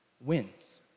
wins